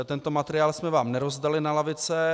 Tento materiál jsme vám nerozdali na lavice.